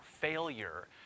failure